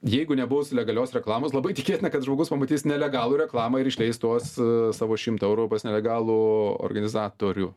jeigu nebus legalios reklamos labai tikėtina kad žmogus pamatys nelegalų reklamą ir išleis tuos savo šimtą eurų pas nelegalų organizatorių